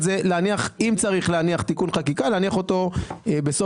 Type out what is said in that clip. אם צריך להניח תיקון חקיקה להניח אותו בסוף